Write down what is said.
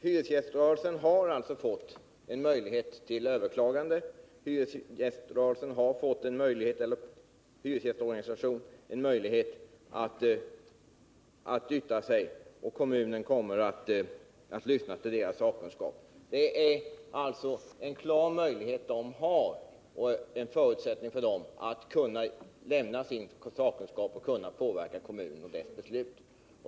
Hyresgästorganisationen har fått en möjlighet att yttra sig och kommunen kommer att lyssna till denna sakkunskap. Hyresgästorganisationen har alltså en klar möjlighet att genom denna sakkunskap kunna påverka kommunen inför dess beslut.